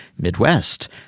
Midwest